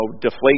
deflate